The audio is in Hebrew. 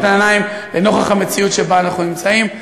העיניים לנוכח המציאות שבה אנחנו נמצאים.